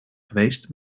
geweest